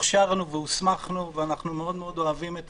הוכשרנו והוסמכנו, ואנחנו מאוד מאוד אוהבים את